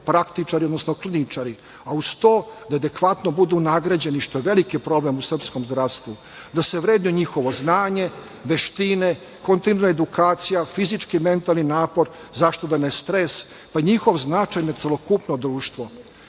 praktičari, odnosno kliničari, a uz to da adekvatno budu nagrađeni, što je veliki problem u srpskom zdravstvu, da se vrednuje njihovo znanje, veštine, kontinuirana edukacija, fizički i mentalni napor, zašto da ne i stres, njihov značaj na celokupno društvo. Sa